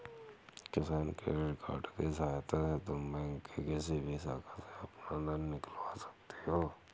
किसान credit card की सहायता से तुम बैंक की किसी भी शाखा से अपना धन निकलवा सकती हो